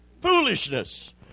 foolishness